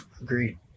Agreed